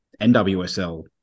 NWSL